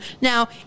now